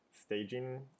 staging